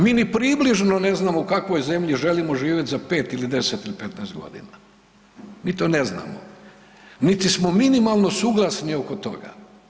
Mi ni približno ne znamo u kakvoj zemlji želimo živjeti za 5, 10 ili 15 godina, mi to ne znamo niti smo minimalno suglasni oko toga.